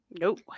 Nope